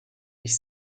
ich